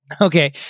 Okay